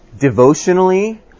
devotionally